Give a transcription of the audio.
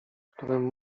którym